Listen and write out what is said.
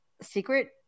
secret